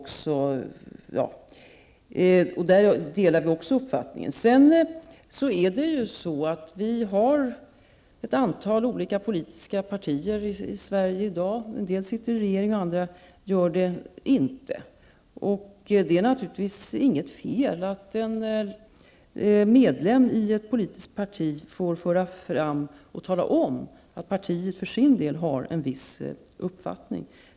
Där har vi också samma uppfattning. Vi har ett antal olika politiska partier i Sverige i dag. En del sitter i regeringen, andra gör det inte. Det är naturligtvis inget fel att en medlem i ett politiskt parti får föra fram och tala om att partiet för sin del har en viss uppfattning.